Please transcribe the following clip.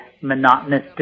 monotonous